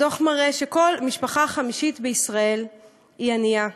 הדוח מראה שכל משפחה חמישית בישראל היא ענייה.